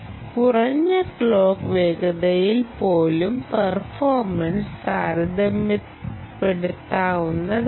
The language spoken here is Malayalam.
കുറഞ്ഞ ക്ലോക്ക് വേഗതയിൽ പോലും പെർഫോർമെൻസ് താരതമ്യപ്പെടുത്താവുന്നതാണ്